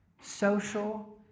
social